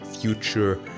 future